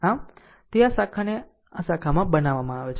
આમ તે આ શાખાને આ શાખામાં બનાવે છે